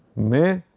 may